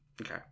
okay